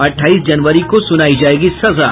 अठाईस जनवरी को सुनायी ॅजायेगी सजा